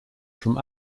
from